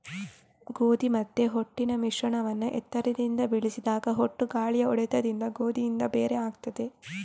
ಗೋಧಿ ಮತ್ತೆ ಹೊಟ್ಟಿನ ಮಿಶ್ರಣವನ್ನ ಎತ್ತರದಿಂದ ಬೀಳಿಸಿದಾಗ ಹೊಟ್ಟು ಗಾಳಿಯ ಹೊಡೆತದಿಂದ ಗೋಧಿಯಿಂದ ಬೇರೆ ಆಗ್ತದೆ